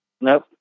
Nope